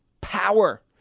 power